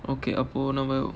okay அப்ப நம்ம:appa namma